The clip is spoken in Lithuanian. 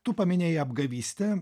tu paminėjai apgavystę